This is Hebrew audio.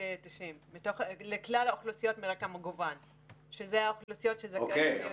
כ-60% מבין הגופים הציבוריים שעומדים ביעד הייצוג ההולם,